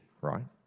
right